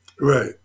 right